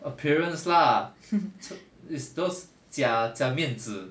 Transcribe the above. appearance lah is those 假假面子